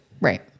right